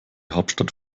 hauptstadt